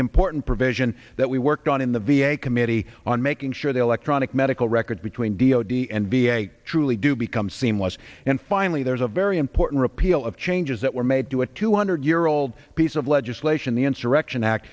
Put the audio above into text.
important provision that we worked on in the v a committee on making sure the electronic medical records between d o d and be a truly do become seamless and finally there's a very important repeal of changes that were made to a two hundred year old piece of legislation the insurrection act